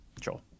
Joel